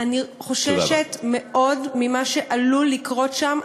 אני חוששת מאוד ממה שעלול לקרות שם.